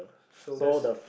so that's